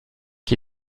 qui